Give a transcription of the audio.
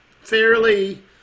fairly